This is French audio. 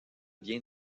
biens